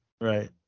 right